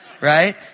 right